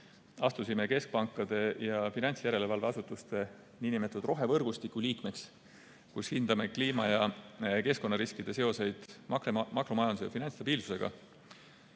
Astusime keskpankade ja finantsjärelevalve asutuste nn rohevõrgustiku liikmeks, kus hindame kliima‑ ja keskkonnariskide seoseid makromajanduse ja finantsstabiilsusega.